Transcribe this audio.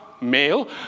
male